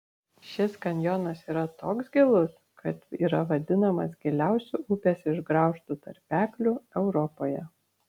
šis kanjonas yra toks gilus kad yra vadinamas giliausiu upės išgraužtu tarpekliu europoje